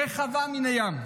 רחבה מני ים".